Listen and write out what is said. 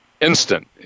Instant